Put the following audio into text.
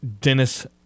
Dennis